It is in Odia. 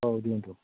ହଉ ଦିଅନ୍ତୁ